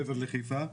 מעבר לחיפה,